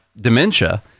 dementia